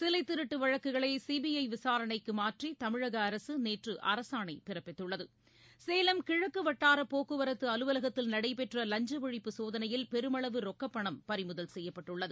சிலைதிருட்டுவழக்குகளைசிபிஐவிசாரணைக்குமாற்றிதமிழகஅரசுநேற்றுஅரசாணைபிறப்பித்துள்ளது கிழக்குவட்டாரபோக்குவரத்துஅலுவலகத்தில் நடைபெற்றலஞ்சஒழிப்பு சோதனையில் சேலம் பெருமளவு ரொக்கப்பணம் பறிமுதல் செய்யப்பட்டுள்ளது